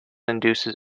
induces